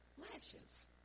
lashes